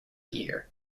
year